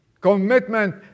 Commitment